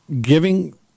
giving